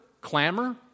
clamor